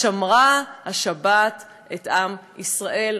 שמרה השבת את עם ישראל,